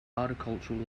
agricultural